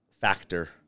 factor